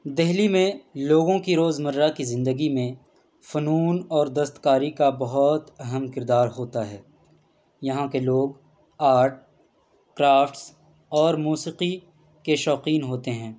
دہلی میں لوگوں كی روز مرّہ كی زندگی میں فنون اور دست کاری کا بہت اہم کردار ہوتا ہے یہاں کے لوگ آرٹ کرافٹس اور موسیقی کے شوقین ہوتے ہیں